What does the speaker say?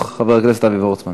3199 של חבר הכנסת ישראל